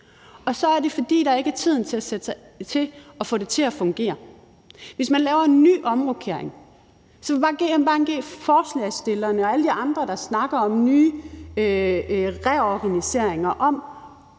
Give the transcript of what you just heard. Og så er det, fordi der ikke er tid til at få det til at fungere. Hvis man laver en ny omrokering, vil jeg bare bede forslagsstillerne og alle de andre, der snakker om nye reorganiseringer, om